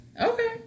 okay